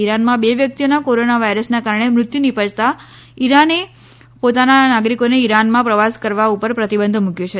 ઈરાનમાં બે વ્યક્તિઓના કોરોના વાયરસના કારણે મૃત્યુ નિપજતા ઈરાકે પોતાના નાગરિકોને ઈરાનમાં પ્રવાસ કરવા ઉપર પ્રતિબંધ મુક્યો છે